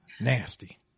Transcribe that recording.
Nasty